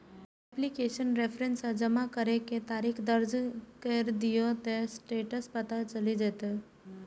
application reference आ जमा करै के तारीख दर्ज कैर दियौ, ते स्टेटस पता चलि जाएत